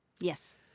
yes